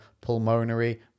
pulmonary